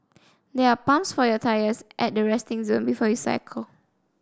there are pumps for your tyres at the resting zone before you cycle